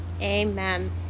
amen